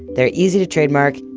they're easy to trademark,